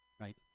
right